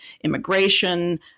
immigration